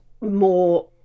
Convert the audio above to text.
more